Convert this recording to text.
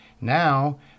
Now